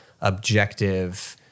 objective